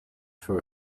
for